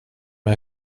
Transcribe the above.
med